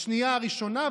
בשנייה הראשונה,